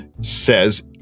says